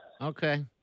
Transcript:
Okay